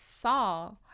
saw